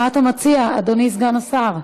מה אתה מציע, אדוני סגן השר?